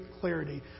clarity